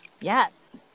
yes